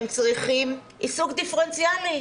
הם צריכים עיסוק דיפרנציאלי.